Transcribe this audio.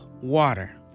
water